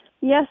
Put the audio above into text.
Yes